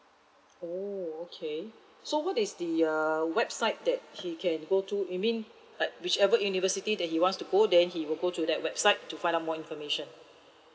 oh okay so what is the err website that he can go to you mean like whichever university that he wants to go then he will go to that website to find out more information